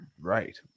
right